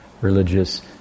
religious